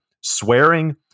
Swearing